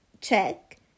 check